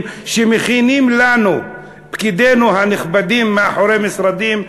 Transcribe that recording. שמכינים לנו פקידינו הנכבדים מאחורי משרדים,